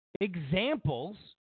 examples